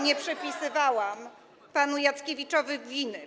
nie przypisywałam panu Jackiewiczowi winy.